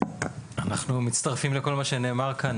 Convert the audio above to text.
אנחנו מצטרפים לכל מה שנאמר כאן.